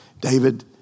David